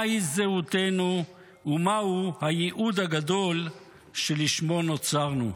מהי זהותנו ומהו הייעוד הגדול שלשמו נוצרנו.